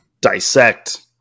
dissect